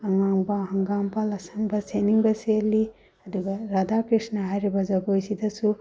ꯑꯉꯥꯡꯕ ꯍꯪꯒꯥꯝꯄꯥꯜ ꯑꯁꯪꯕ ꯁꯦꯠꯅꯤꯡꯕ ꯁꯦꯠꯂꯤ ꯑꯗꯨꯒ ꯔꯙꯥ ꯀ꯭ꯔꯤꯁꯅ ꯍꯥꯏꯔꯤꯕ ꯖꯒꯣꯏꯁꯤꯗꯁꯨ